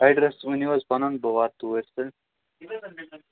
address ؤنو حظ پَنُن بہٕ واتہٕ توٗرۍ تہٕ